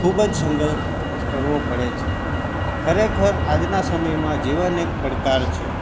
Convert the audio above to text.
ખૂબ જ સંઘર્ષ કરવો પડે છે ખરેખર આજના સમયમાં જીવન એક પડકાર છે